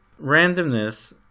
Randomness